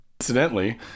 Incidentally